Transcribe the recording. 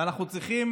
ואנחנו צריכים